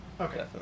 okay